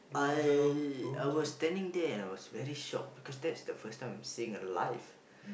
I I was standing there and I was very shock because that's the first time I'm seeing a life